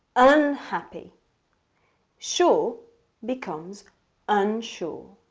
unhappy sure become unsure.